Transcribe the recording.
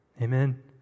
Amen